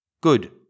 Good